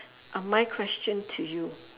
uh my question to you